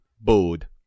board